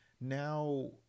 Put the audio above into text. now